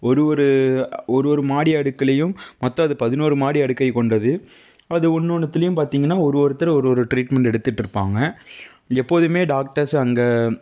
ஒரு ஒரு ஒரு ஒரு மாடி அடுக்குலேயும் மொத்தம் அது பதினோரு மாடி அடுக்கை கொண்டது அது ஒன்று ஒன்னுத்துலேயும் பார்த்திங்கன்னா ஒரு ஒருத்தர் ஒரு ஒரு ட்ரீட்மண்ட் எடுத்துகிட்டு இருப்பாங்க எப்போதும் டாக்டர்ஸ் அங்கே